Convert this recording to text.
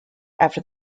after